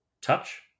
touch